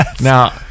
Now